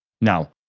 Now